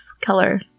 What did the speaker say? color